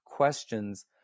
questions